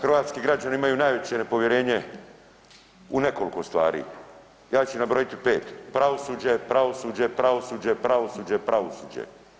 Hrvatski građani imaju najveće nepovjerenje u nekoliko stvari, ja ću ih nabrojiti 5, pravosuđe, pravosuđe, pravosuđe, pravosuđe, pravosuđe.